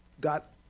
got